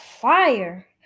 fire